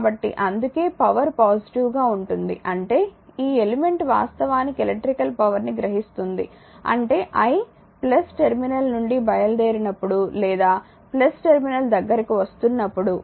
కాబట్టి అందుకే power positive గా ఉంటుంది అంటే ఈ ఎలిమెంట్ వాస్తవానికి ఎలక్ట్రికల్ పవర్ ని గ్రహిస్తుంది అంటే i టెర్మినల్ నుండి బయలుదేరినప్పుడు లేదా టెర్మినల్ దగ్గరకు వస్తున్నపుడు